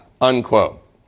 unquote